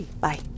Bye